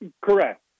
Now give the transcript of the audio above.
Correct